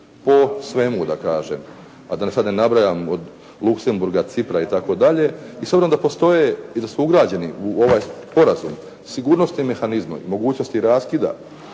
po svemu da kažem, a da sada ne nabrajam od Luxemburga, Cipra itd. i s obzirom da postoje i da su ugrađeni u ovaj sporazum sigurnosti mehanizma i mogućnosti raskida